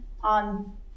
on